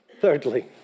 Thirdly